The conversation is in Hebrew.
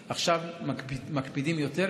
ועכשיו מקפידים יותר,